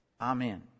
Amen